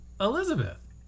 Elizabeth